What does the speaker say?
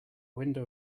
window